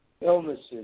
illnesses